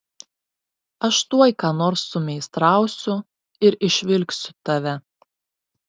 aš tuoj ką nors sumeistrausiu ir išvilksiu tave